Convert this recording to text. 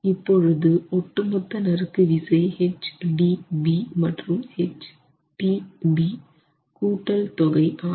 இப்பொழுது ஒட்டு மொத்த நறுக்கு விசை H DB மற்றும் H tB கூட்டல் தொகை ஆகும்